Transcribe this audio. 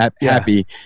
Happy